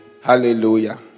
Hallelujah